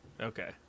Okay